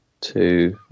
two